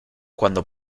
cuando